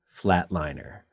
Flatliner